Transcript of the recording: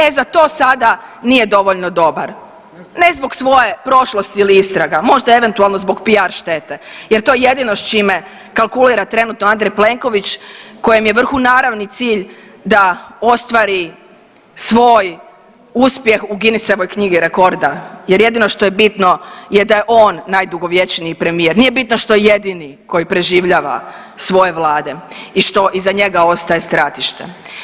E za to sada nije dovoljno dobar, ne zbog svoje prošlosti ili istraga, možda eventualno zbog PR štete jer to jedino s čime kalkulira trenutno Andrej Plenković kojem je vrhunaravni cilj da ostvari svoj uspjeh u Guinness-ovoj knjigi rekorda jer jedino što je bitno je da je on najdugovječniji premijer, nije bitno što je jedini koji preživljava svoje vlade i što iza njega ostaje stratište.